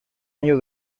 año